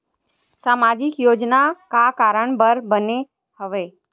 सामाजिक योजना का कारण बर बने हवे?